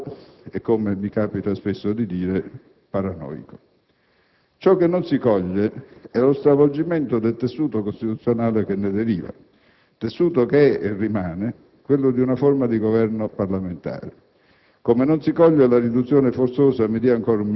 tesi che vengono da un bipolarismo malato e, come mi capita spesso di dire, paranoico. Ciò che non si coglie è lo stravolgimento del tessuto costituzionale che ne deriva, tessuto che è e rimane quello di una forma di Governo parlamentare.